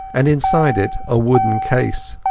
and inside it a wooden case.